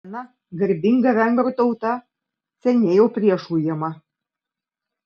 sena garbinga vengrų tauta seniai jau priešų ujama